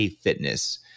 Fitness